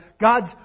God's